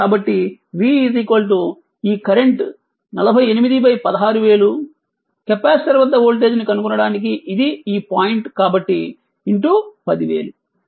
కాబట్టి v ఈ current 4816000 capacitor వద్ద వోల్టేజ్ను కనుగొనటానికి ఇది ఈ పాయింట్ కాబట్టి 10000